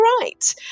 right